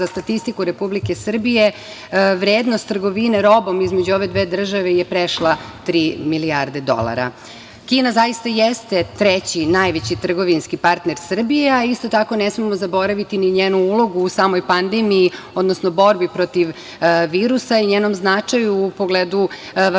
za statistiku Republike Srbije, vrednost trgovine robom između ove dve države je prešla tri milijarde dolara. Kina zaista jeste treći najveći trgovinski partner Srbije, a isto tako ne smemo zaboraviti ni njenu ulogu u samoj pandemiji, odnosno borbi protiv virusa i njenom značaju u pogledu vakcina